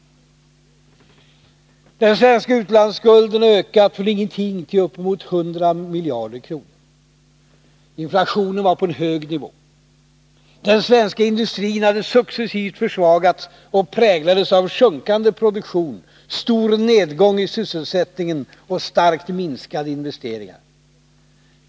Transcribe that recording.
Den svenska utlandsskulden hade ökat från ingenting till uppemot 100 miljarder kronor. Inflationen låg på en hög nivå. Den svenska industrin hade successivt försvagats och präglades av sjunkande produktion, stor nedgång i sysselsättningen och starkt minskade investeringar.